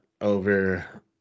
over